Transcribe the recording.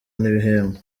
n’ibihembo